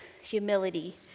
humility